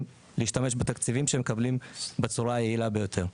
להשתמש בתקציבים שהם מקבלים בצורה היעילה ביותר.